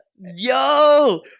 Yo